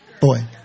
Boy